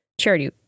charity